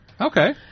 Okay